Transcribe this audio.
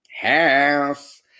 House